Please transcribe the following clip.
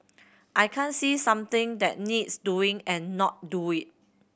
I can't see something that needs doing and not do it